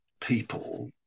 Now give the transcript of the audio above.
people